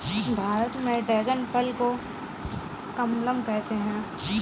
भारत में ड्रेगन फल को कमलम कहते है